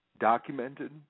documented